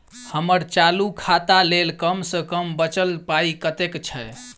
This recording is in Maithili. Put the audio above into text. हम्मर चालू खाता लेल कम सँ कम बचल पाइ कतेक छै?